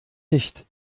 nicht